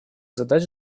задач